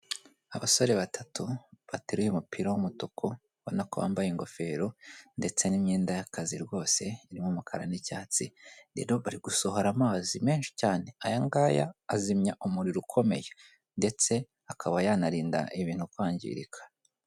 Abasore batatu bateruye umupira w'umutukubona ko wambaye ingofero ndetse n'imyenda y'akazi rwose irimo umukara n'icyatsi, rero bari gusohora amazi menshi cyane ayan ngaya azimya umuriro ukomeye ndetse akaba yanarinda ibintu kwangirika.